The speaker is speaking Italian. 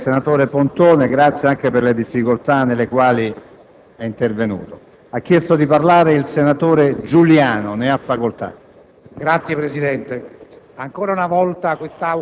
ringrazio senatore Pontone, anche per le difficoltà nelle quali è intervenuto. È iscritto a parlare il senatore Giuliano. Ne ha facoltà.